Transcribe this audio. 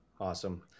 Awesome